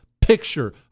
picture